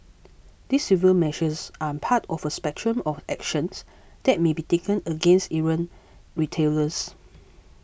these civil measures are part of a spectrum of actions that may be taken against errant retailers